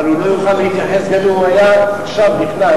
אבל הוא לא יוכל להתייחס גם אם הוא היה עכשיו נכנס